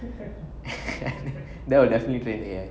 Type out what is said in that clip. that will definitely train the A_I